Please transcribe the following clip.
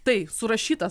tai surašytas